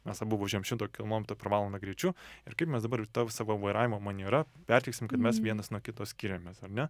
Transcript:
mes abu važiuojam šimto kilmometrų per valandą greičiu ir kaip mes dabar ta savo vairavimo maniera perteiksim kad mes vienas nuo kito skiriamės ar ne